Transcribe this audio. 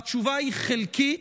והתשובה היא חלקית.